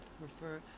prefer